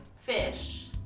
fish